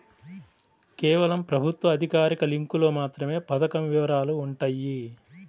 కేవలం ప్రభుత్వ అధికారిక లింకులో మాత్రమే పథకం వివరాలు వుంటయ్యి